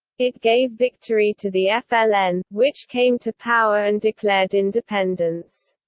it gave victory to the fln, which came to power and declared independence.